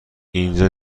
اینجا